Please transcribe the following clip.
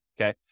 Okay